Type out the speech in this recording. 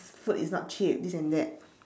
food is not cheap this and that